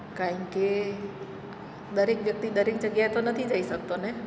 કારણ કે દરેક વ્યક્તિ દરેક જગ્યાએ તો નથી જઈ શકતો ને